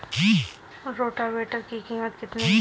Rotavator की कीमत कितनी है?